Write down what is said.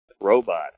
robot